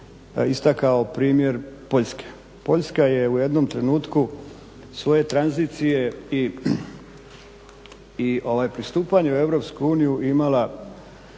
istakao primjer Poljske. Poljska je u jednom trenutku svoje tranzicije i pristupanja u Europsku